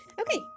Okay